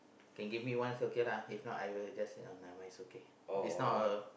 can give me also okay lah if not I will just ya never mind it's okay